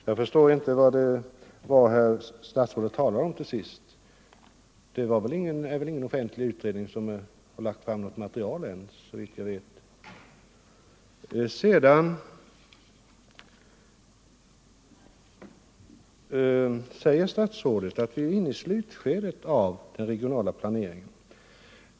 Herr talman! Jag förstår inte vad det var som herr statsrådet talade om nu senast. Det är väl ingen offentlig utredning som har lagt fram något material ens, såvitt jag vet. Statsrådet säger att vi är inne i slutskedet av den regionala planeringen.